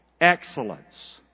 Excellence